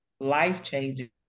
life-changing